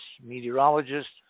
meteorologists